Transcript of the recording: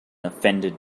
offended